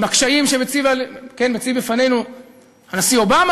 עם הקשיים שמציב בפנינו הנשיא אובמה?